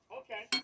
okay